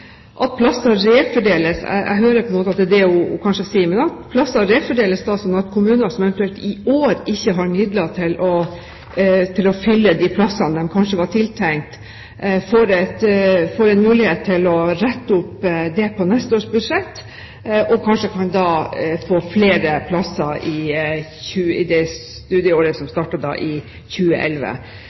Jeg hører at det på en måte er det hun kanskje sier – kan plasser da refordeles, slik at kommuner som eventuelt i år ikke har midler til å fylle de plassene de kanskje var tiltenkt, får en mulighet til å rette opp det på neste års budsjett, og kanskje da kan få flere plasser i det studieåret som starter i 2011?